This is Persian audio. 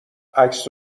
عکس